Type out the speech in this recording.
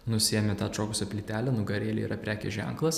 nusiemi tą atšokusią plytelę nugarėlėj yra prekės ženklas